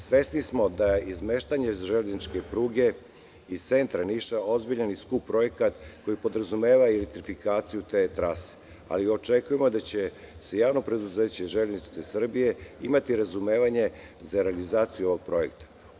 Svesni smo da je izmeštanje železničke pruge iz centra Niša ozbiljan i skup projekat koji podrazumeva i elektrifikaciju te trase, ali očekujemo da će JP „Železnice Srbije“ imati razumevanje za realizaciju ovog projekta.